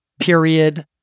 Period